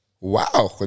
Wow